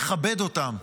מכבד אותם,